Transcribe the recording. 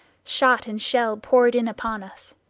shot and shell poured in upon us.